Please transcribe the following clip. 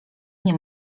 nie